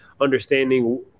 understanding